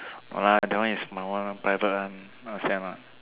no lah that one is my one private one not the same what